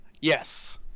yes